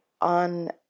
on